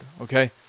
Okay